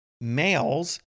males